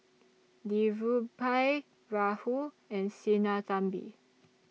Dhirubhai Rahul and Sinnathamby